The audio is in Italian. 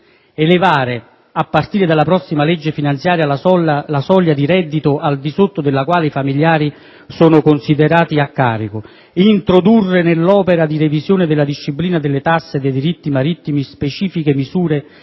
Elevare, a partire dalla prossima legge finanziaria, la soglia di reddito al di sotto della quale i familiari sono considerati a carico, introdurre, nell'opera di revisione della disciplina delle tasse dei diritti marittimi, specifiche misure